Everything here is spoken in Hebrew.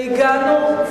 והגענו,